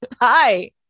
hi